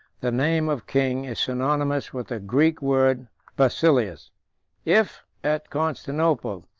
the name of king is synonymous with the greek word basileus if, at constantinople,